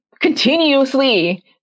continuously